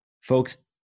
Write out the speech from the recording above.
Folks